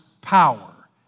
power